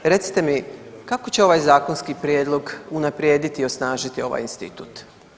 Recite mi kako će ovaj zakonski prijedlog unaprijediti i osnažiti ovaj institut?